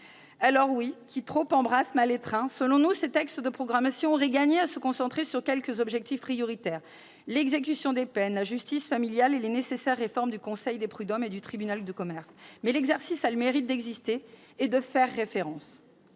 Alors oui, qui trop embrasse mal étreint ! Selon nous, ces textes de programmation auraient gagné à se concentrer sur quelques objectifs prioritaires : l'exécution des peines, la justice familiale et les nécessaires réformes du conseil de prud'hommes et du tribunal de commerce. Cependant, l'exercice a le mérite d'exister et de faire référence.